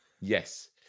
Yes